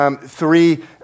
three